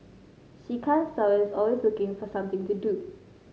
she can't stop and is always looking for something to do